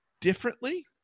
differently